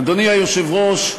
אדוני היושב-ראש,